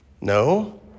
No